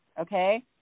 okay